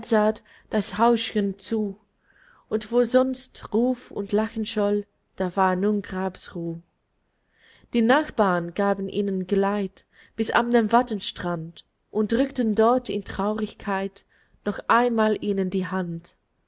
das häuschen zu und wo sonst ruf und lachen scholl da war nun grabesruh die nachbarn gaben ihnen geleit bis an den wattenstrand und drückten dort in traurigkeit noch einmal ihnen die hand